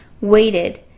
waited